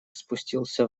спустился